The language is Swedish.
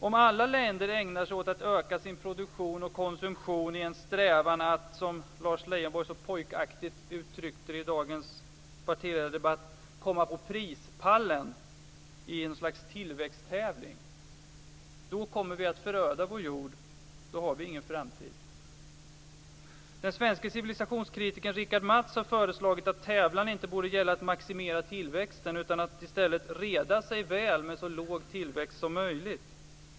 Om alla länder ägnar sig åt att öka sin produktion och konsumtion i en strävan att, som Lars Leijonborg så pojkaktigt uttryckte det i dagens partiledardebatt, komma på prispallen i något slags tillväxttävling, då kommer vi att föröda vår jord. Då har vi ingen framtid. Den svenske civilisationskritikern Richard Matz har föreslagit att tävlan inte borde gälla att maximera tillväxten utan att i stället reda sig väl med så låg tillväxt som möjligt.